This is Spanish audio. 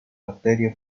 arteria